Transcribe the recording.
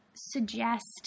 suggest